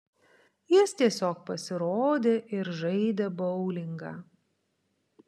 jis tiesiog pasirodė ir žaidė boulingą